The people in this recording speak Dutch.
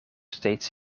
steeds